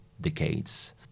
decades